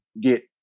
get